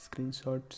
Screenshots